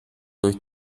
durch